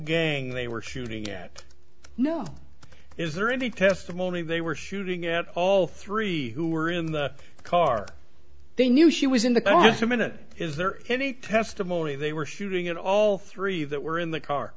gang they were shooting at no is there any testimony they were shooting at all three who were in the car they knew she was in the just a minute is there any testimony they were shooting at all three that were in the car